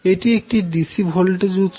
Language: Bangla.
এটি একটি ডিসি ভোল্টেজ উৎস